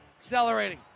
Accelerating